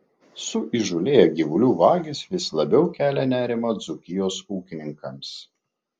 suįžūlėję gyvulių vagys vis labiau kelia nerimą dzūkijos ūkininkams